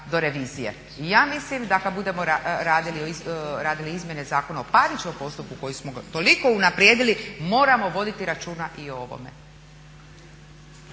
ja mislim da kad budemo radili izmjene Zakona o parničnom postupku koji smo toliko unaprijedili moramo voditi računa i o ovome.